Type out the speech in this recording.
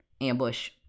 ambush